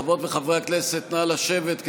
חברות וחברי הכנסת נא לשבת,